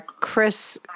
Chris